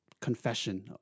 confession